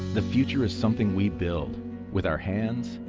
the future is something we build with our hands,